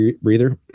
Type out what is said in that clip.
breather